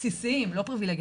לא פריווילגיים,